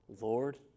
Lord